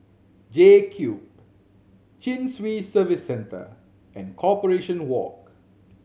JCube Chin Swee Service Centre and Corporation Walk